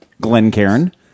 Glencairn